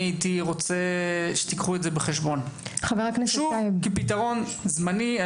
הייתי רוצה שתיקחו את זה בחשבון כפתרון זמני.